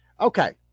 Okay